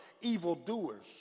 evildoers